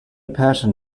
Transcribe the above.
passion